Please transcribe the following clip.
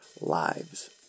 lives